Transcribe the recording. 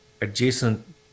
adjacent